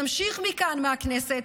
נמשיך מכאן, מהכנסת.